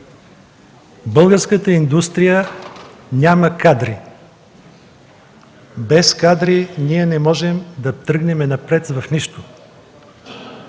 Българската индустрия няма кадри. Без кадри ние не можем да тръгнем напред в нищо.